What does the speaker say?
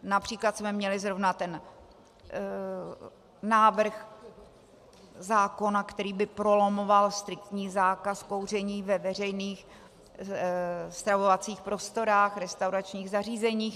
Například jsme měli zrovna ten návrh zákona, který by prolamoval striktní zákaz kouření ve veřejných stravovacích prostorách, restauračních zařízeních.